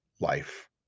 life